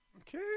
Okay